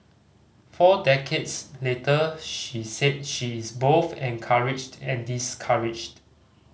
four decades later she said she is both encouraged and discouraged